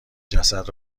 جسد